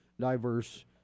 diverse